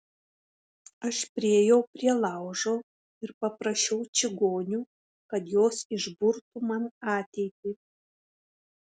aš priėjau prie laužo ir paprašiau čigonių kad jos išburtų man ateitį